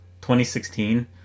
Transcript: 2016